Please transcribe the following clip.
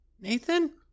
Nathan